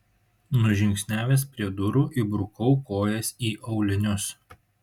nužingsniavęs prie durų įbrukau kojas į aulinius